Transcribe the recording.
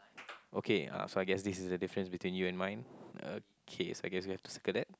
okay uh so I guess this is the different between you and mine okay so I guess we have to circle that